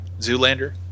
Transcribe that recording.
Zoolander